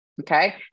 Okay